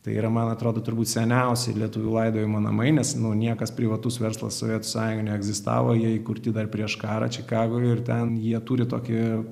tai yra man atrodo turbūt seniausi lietuvių laidojimo namai nes nu niekas privatus verslas sovietų sąjungoj neegzistavo jie įkurti dar prieš karą čikagoj ir ten jie turi tokį